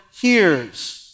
hears